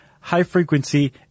high-frequency